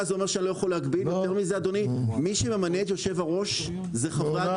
ויותר מזה - מי שממנה את יושב-הראש זה חברי